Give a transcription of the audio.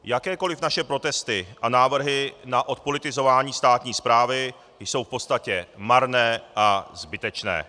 Jakékoliv naše protesty a návrhy na odpolitizování státní správy jsou v podstatě marné a zbytečné.